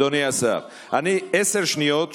אין חמור מזה.